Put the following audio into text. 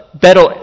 better